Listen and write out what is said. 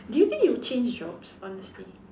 do you think you'll change jobs honestly